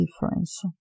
difference